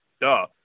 Duh